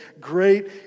Great